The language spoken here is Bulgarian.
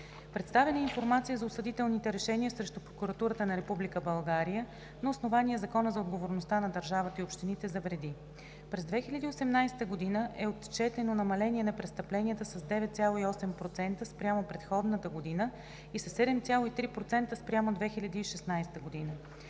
Представена е информация за осъдителните решения срещу Прокуратурата на Република България на основание Закона за отговорността на държавата и общините за вреди. През 2018 г. е отчетено намаление на престъпленията с 9,8% спрямо предходната година и със 7,3% спрямо 2016 г.